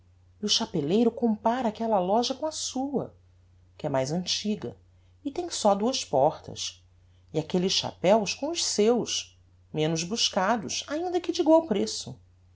o chapeleiro compara aquella loja com a sua que é mais antiga e tem só duas portas e aquelles chapeus com os seus menos buscados ainda que de egual preço